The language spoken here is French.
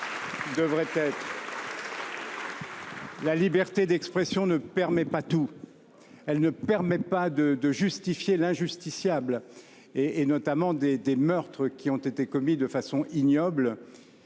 La liberté d’expression ne permet pas tout. Elle ne permet pas de justifier l’injustifiable, notamment les meurtres de nombreuses victimes, commis de façon ignoble.